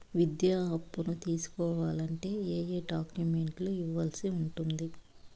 విద్యా అప్పును తీసుకోవాలంటే ఏ ఏ డాక్యుమెంట్లు ఇవ్వాల్సి ఉంటుంది